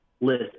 list